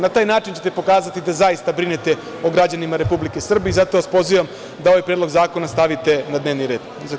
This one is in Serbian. Na taj način ćete pokazati da zaista brinete o građanima Republike Srbije i zato vas pozivam da ovaj predlog zakona stavite na dnevni red.